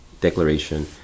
declaration